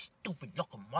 stupid-looking